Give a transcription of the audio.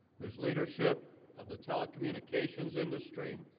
whose leadership of the telecommunications industry,